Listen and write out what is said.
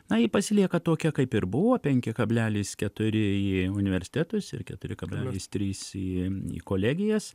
na ji pasilieka tokia kaip ir buvo penki kablelis keturi į universitetus ir keturi kablelis trys į į kolegijas